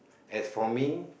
as for me